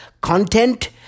content